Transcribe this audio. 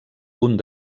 punt